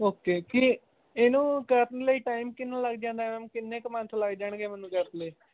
okay ਜੀ ਇਹਨੂੰ ਕਰਨ ਲਈ ਟਾਈਮ ਕਿੰਨਾ ਲੱਗ ਜਾਂਦਾ ਮੈਮ ਕਿੰਨੇ ਕੁ ਮੰਥ ਲੱਗ ਜਾਣਗੇ ਮੈਨੂੰ ਦੱਸਦੇ